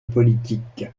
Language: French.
politique